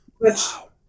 Wow